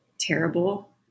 terrible